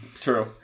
True